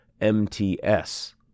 MTS